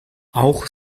auch